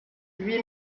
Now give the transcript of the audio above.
lui